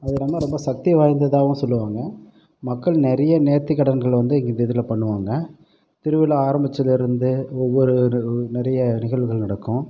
அது ரொம்ப ரொம்ப சக்தி வாய்ந்ததாகவும் சொல்லுவாங்க மக்கள் நிறைய நேர்த்திக்கடன்கள் வந்து இது இதில் பண்ணுவாங்க திருவிழா ஆரமித்ததுலேர்ந்து ஒவ்வொரு நிறைய நிகழ்வுகள் நடக்கும்